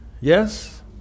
Yes